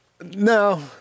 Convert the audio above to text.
No